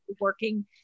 working